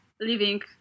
living